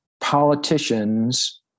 politicians